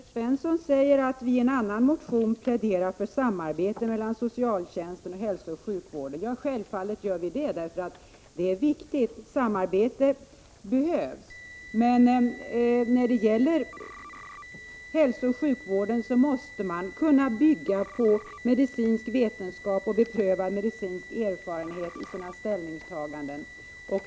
Fru talman! Evert Svensson säger att vi i en annan motion pläderar för samarbete mellan socialtjänsten och hälsooch sjukvården. Ja, självfallet gör vi det! Samarbete behövs, det är viktigt. Men när det gäller hälsooch sjukvården måste man i sina ställningstaganden kunna bygga på medicinsk vetenskap och beprövad medicinsk erfarenhet.